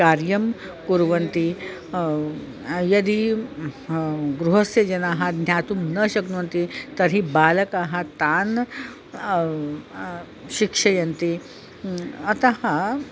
कार्यं कुर्वन्ति यदि गृहस्य जनाः ज्ञातुं न शक्नुवन्ति तर्हि बालकाः तान् शिक्षयन्ति अतः